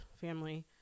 family